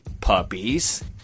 puppies